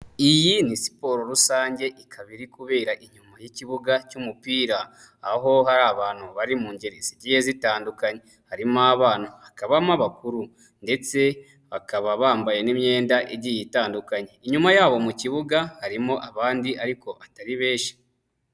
Iyi ni siporo rusange ikaba iri kubera inyuma y'ikibuga cy'umupira, aho hari abantu bari mu ngeri zigiye zitandukanye, harimo abana, hakabamo abakuru, ndetse bakaba bambaye n'imyenda igiye itandukanye, inyuma yaho mu kibuga harimo abandi ariko batari benshi.